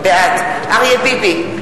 בעד אריה ביבי,